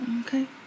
Okay